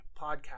podcast